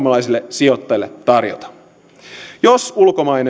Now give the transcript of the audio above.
sijoittajille tarjota jos ulkomainen sijoituspalvelun tarjoaja ei toimi suomen